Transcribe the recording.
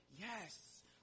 yes